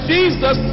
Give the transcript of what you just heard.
Jesus